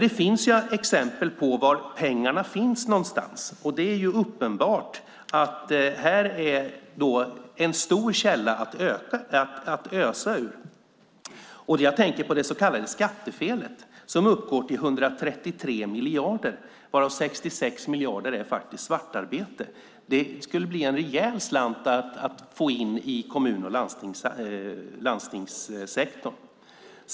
Det finns exempel på var pengarna finns någonstans, och det är uppenbart att det finns en stor källa att ösa ur. Det jag tänker på är det så kallade skattefelet, som uppgår till 133 miljarder - varav 66 miljarder faktiskt är svartarbete. Det skulle bli en rejäl slant att få in i kommun och landstingssektorn.